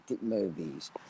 movies